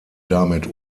damit